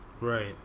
Right